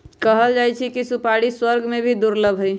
कहल जाहई कि सुपारी स्वर्ग में भी दुर्लभ हई